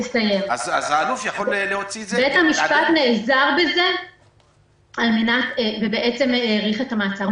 האלוף יכול להוציא את זה --- בית המשפט נעזר בזה והאריך את המעצר.